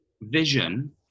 vision